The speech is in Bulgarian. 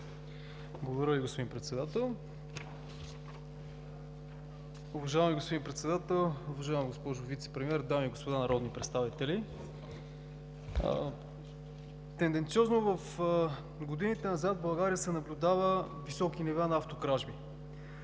Благодаря, господин Председател. Уважаеми господин Председател, уважаема госпожо Вицепремиер, дами и господа народни представители! Тенденциозно в годините назад, в България се наблюдават високи нива на автокражби.